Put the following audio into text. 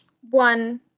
one